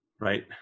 right